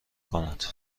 کند